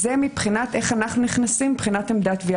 זה מבחינת עמדת התביעה.